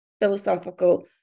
philosophical